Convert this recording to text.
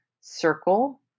circle